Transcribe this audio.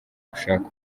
gushaka